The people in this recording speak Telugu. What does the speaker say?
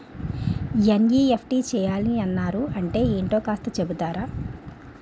ఎన్.ఈ.ఎఫ్.టి చేయాలని అన్నారు అంటే ఏంటో కాస్త చెపుతారా?